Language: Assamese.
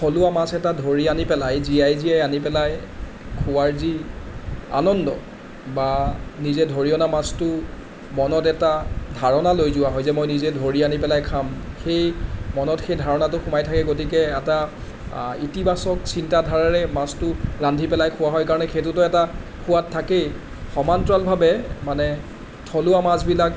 থলুৱা মাছ এটা ধৰি আনি পেলাই জীয়াই জীয়াই আনি পেলাই খোৱাৰ যি আনন্দ বা নিজে ধৰি অনা মাছটো মনত এটা ধাৰণা লৈ যোৱা হয় যে মই নিজে ধৰি আনি পেলাই খাম মনত সেই ধাৰণাটো সোমাই থাকে গতিকে এটা এটা ইতিবাচক চিন্তাধাৰাৰে মাছটো ৰান্ধি পেলাই খোৱা হয় কাৰণে সেইটোতো এটা সোৱাদ থাকেই সমান্তৰালভাৱে মানে থলুৱা মাছবিলাক